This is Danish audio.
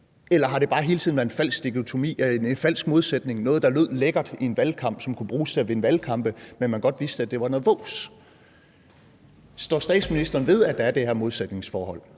Eller har det bare hele tiden været en falsk dikotomi, en falsk modsætning, noget, der lød lækkert i en valgkamp og kunne bruges til at vinde valgkampe, men som man godt vidste var noget vås? Står statsministeren ved, at der er det her modsætningsforhold,